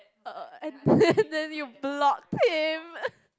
uh and then then you blocked him